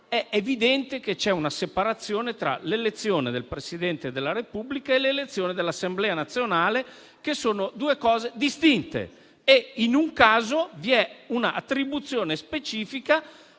È evidente che c'è una separazione tra l'elezione del Presidente della Repubblica e l'elezione dell'Assemblea nazionale, che sono due cose distinte e in un caso vi è una attribuzione specifica